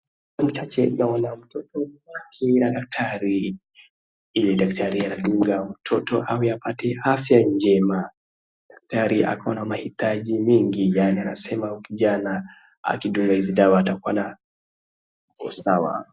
Kwa hayo machache naona mtoto wake na daktari, ili daktari anadunga mtoto awe apate afya njema, daktari ako na mahitaji mingi yaani anasema huyu kijana akidungwa hizi dawa atapona akue sawa.